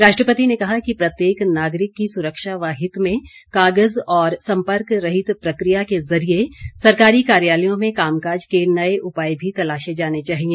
राष्ट्रपति ने कहा कि प्रत्येक नागरिक की सुरक्षा व हित में कागज और संपर्क रहित प्रक्रिया के जरिए सरकारी कार्यालयों में कामकाज के नए उपाय भी तलाशे जानें चाहिए